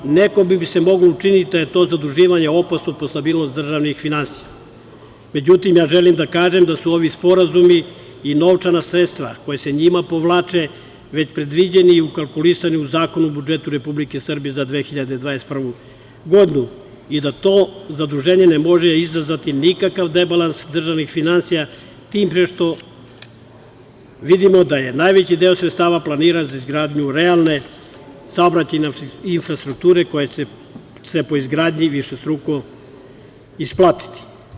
Nekome bi se moglo učiniti da je to zaduživanje u postupku stabilnosti državnih finansija, međutim, ja želim da kažem da su ovi sporazumi i novčana sredstva koja se njima povlače već predviđeni i ukalkulisani u Zakonu o budžetu Republike Srbije za 2021. godinu i da to zaduženje ne može izazvati nikakav debalans državnih finansija, tim pre što vidimo da je najveći deo sredstava planiran za izgradnju realne saobraćajne infrastrukture koja će se po izgradnji višestruko isplatiti.